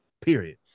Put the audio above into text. period